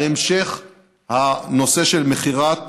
על המשך הנושא של מכירת